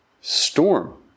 storm